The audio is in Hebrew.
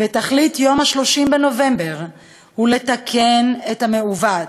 ותכלית יום 30 בנובמבר היא לתקן את המעוות: